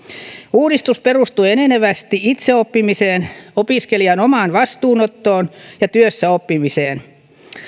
uudistus perustuu enenevästi itseoppimiseen opiskelijan omaan vastuunottoon ja työssäoppimiseen